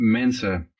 mensen